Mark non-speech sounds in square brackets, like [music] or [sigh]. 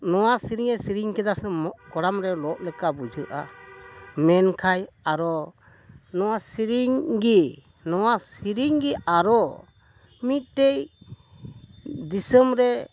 ᱱᱚᱣᱟ ᱥᱮᱨᱮᱧᱮ ᱥᱮᱨᱮᱧ ᱠᱮᱫᱟ ᱥᱮ [unintelligible] ᱠᱚᱲᱟᱢ ᱨᱮ ᱞᱚᱜ ᱞᱮᱠᱟ ᱵᱩᱡᱷᱟᱹᱜᱼᱟ ᱢᱮᱱᱠᱷᱟᱱ ᱟᱨᱚ ᱱᱚᱣᱟ ᱥᱮᱨᱮᱧ ᱜᱮ ᱱᱚᱣᱟ ᱥᱮᱨᱮᱧ ᱜᱮ ᱟᱨᱚ ᱢᱤᱫᱴᱮᱱ ᱫᱤᱥᱚᱢ ᱨᱮ